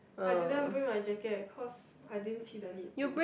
I didn't bring my jacket cause I didn't see the need to